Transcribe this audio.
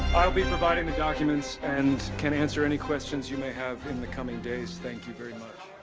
i'll be providing the documents and can answer any questions you may have in the coming days. thank you very much.